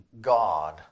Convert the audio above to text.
God